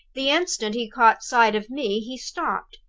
the instant he caught sight of me he stopped,